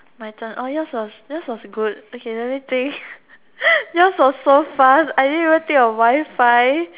my turn oh yours was yours was good okay let me think yours was so fast I didn't even think of Wi-Fi